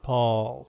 Paul